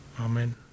amen